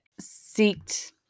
seeked